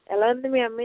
ఎలా ఉంది మీ అమ్మాయి